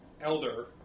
Elder